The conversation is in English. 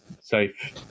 safe